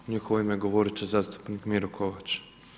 U njihovo ime govorit će zastupnik Miro Kovač.